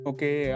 Okay